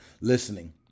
listening